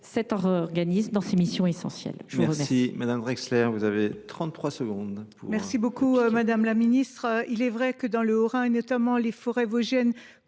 cet organisme dans ses missions essentielles.